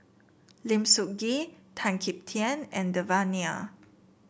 Lim Sun Gee Tan Kim Tian and Devan Nair